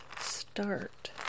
start